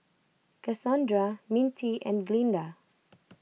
Cassondra Mintie and Glynda